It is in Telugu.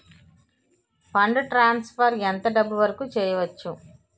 ఫండ్ ట్రాన్సఫర్ ఎంత డబ్బు వరుకు చేయవచ్చు?